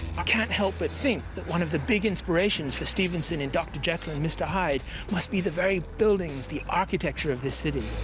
i can't help but think that one of the big inspirations for stevenson in dr. jekyll and mr. hyde must be the very buildings, the architecture of this city.